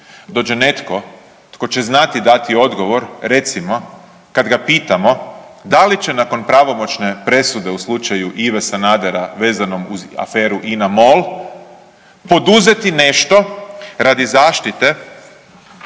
Dođe netko tko će znati dati odgovor, recimo kad ga pitamo da li će nakon pravomoćne presude u slučaju Ive Sanadera vezanom uz aferu INA mol poduzeti nešto radi zaštite